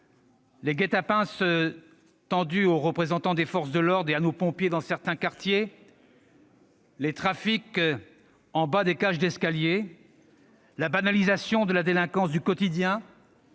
les guets-apens tendus aux représentants des forces de l'ordre et à nos pompiers dans certains quartiers, ... Eh oui !... les trafics en bas des cages d'escaliers, la banalisation de la délinquance du quotidien